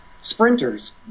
sprinters